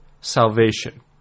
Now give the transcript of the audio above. salvation